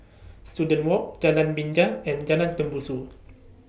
Student Walk Jalan Binja and Jalan Tembusu